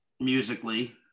musically